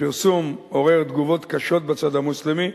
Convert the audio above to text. הפרסום עורר תגובות קשות בצד המוסלמי,